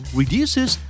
reduces